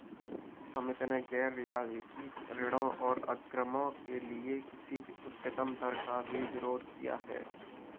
समिति ने गैर रियायती ऋणों और अग्रिमों के लिए किसी भी उच्चतम दर का भी विरोध किया